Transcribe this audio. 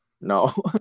No